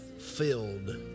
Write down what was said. filled